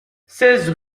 seize